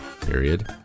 period